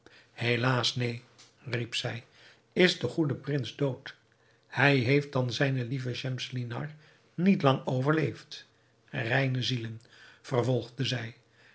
helaas neen riep zij is die goede prins dood hij heeft dan zijne lieve schemselnihar niet lang overleefd reine zielen vervolgde zij